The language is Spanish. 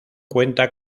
cuenta